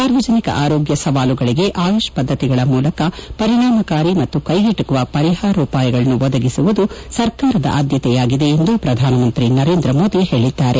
ಸಾರ್ವಜನಿಕ ಆರೋಗ್ಯ ಸವಾಲುಗಳಿಗೆ ಆಯುಷ್ ಪದ್ದತಿಗಳ ಮೂಲಕ ಪರಿಣಾಮಕಾರಿ ಮತ್ತು ಕೈಗೆಟಕುವ ಪರಿಹಾರೋಪಾಯಗಳನ್ನು ಒದಗಿಸುವುದು ಸರ್ಕಾರದ ಆದ್ಯತೆಯಾಗಿದೆ ಎಂದು ಪ್ರಧಾನಮಂತ್ರಿ ಹೇಳಿದ್ದಾರೆ